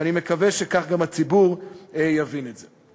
ואני מקווה שכך גם הציבור יבין את זה.